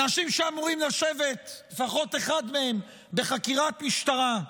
אנשים שאמורים לשבת, לפחות אחד מהם, בחקירת משטרה.